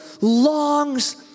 longs